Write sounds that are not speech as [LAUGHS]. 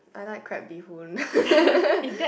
I like crab bee-hoon [LAUGHS]